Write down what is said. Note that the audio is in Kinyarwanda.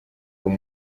uwo